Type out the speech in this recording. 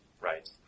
Right